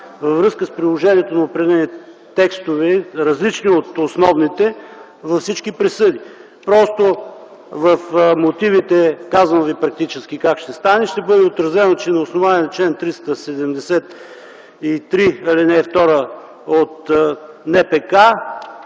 във връзка с приложението на определени текстове, различни от основните във всички присъди. Просто в мотивите, казвам ви практически как ще стане, ще бъде отразено, че е на основание чл. 373, ал. 2 от НПК